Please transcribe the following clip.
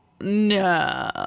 no